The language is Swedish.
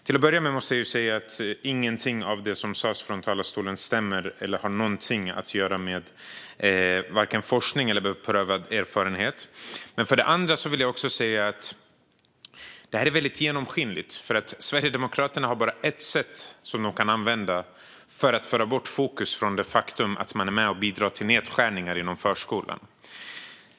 Till att börja med måste jag säga att inget av det som sades från talarstolen stämmer eller har någonting att göra med vare sig forskning eller beprövad erfarenhet. För det andra vill jag säga att detta är väldigt genomskinligt. Sverigedemokraterna har bara ett sätt att använda sig av för att föra bort fokus från det faktum att man är med och bidrar till nedskärningar inom förskolan.